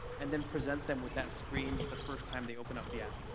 and then present them with that screen the first time they open up the app.